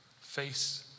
face